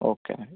okay എന്നാൽ